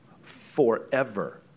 forever